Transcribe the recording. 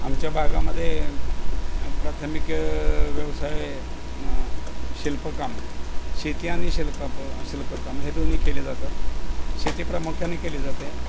आमच्या भागामध्ये प्राथमिक व्यवसाय शिल्पकाम शेती आणि शिल्प शिल्पकाम हे दोन्ही केले जातात शेती प्रामुख्याने केली जाते